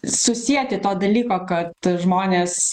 susieti to dalyko kad žmonės